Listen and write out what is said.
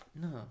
No